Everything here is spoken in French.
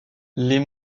les